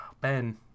Ben